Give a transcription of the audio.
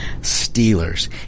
Steelers